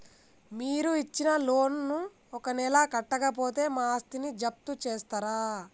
మీరు ఇచ్చిన లోన్ ను ఒక నెల కట్టకపోతే మా ఆస్తిని జప్తు చేస్తరా?